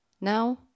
Now